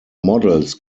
models